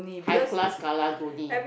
high class karang-guni